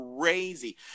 crazy